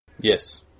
Yes